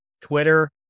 Twitter